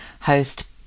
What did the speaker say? host